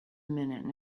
minute